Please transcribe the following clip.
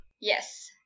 Yes